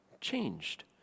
changed